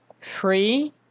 free